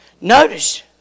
Notice